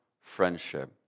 friendship